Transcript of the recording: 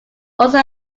also